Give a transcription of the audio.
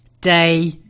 Day